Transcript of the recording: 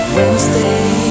Wednesday